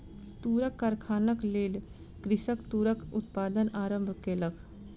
तूरक कारखानाक लेल कृषक तूरक उत्पादन आरम्भ केलक